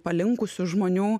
palinkusių žmonių